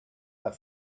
but